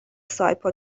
سایپا